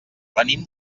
venim